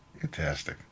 fantastic